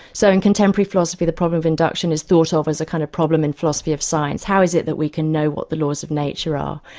so in contemporary philosophy the problem of induction is thought ah of as a kind of problem in philosophy of science. how is it that we can know what the laws of nature are?